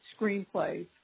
screenplays